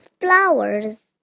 flowers